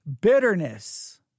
bitterness